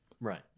Right